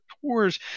tours